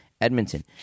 Edmonton